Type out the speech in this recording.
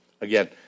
Again